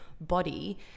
body